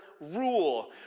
rule